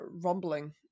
rumbling